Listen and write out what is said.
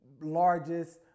largest